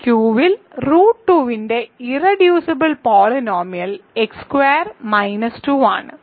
Q ൽ root 2 ന്റെ irreducible polynomial x square minus 2 ആണ്